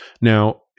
Now